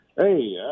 Hey